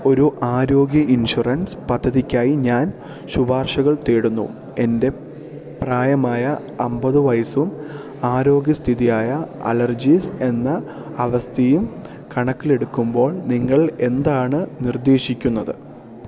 ഒരു ആരോഗ്യ ഇൻഷുറൻസ് പദ്ധതിക്കായി ഞാൻ ശുപാർശകൾ തേടുന്നു എൻ്റെ പ്രായമായ അമ്പത് വയസ്സും ആരോഗ്യസ്ഥിതിയായ അലർജീസ് എന്ന അവസ്ഥയും കണക്കിലെടുക്കുമ്പോൾ നിങ്ങൾ എന്താണ് നിർദ്ദേശിക്കുന്നത്